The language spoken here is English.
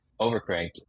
overcranked